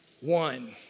One